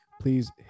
please